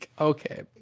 okay